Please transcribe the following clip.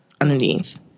underneath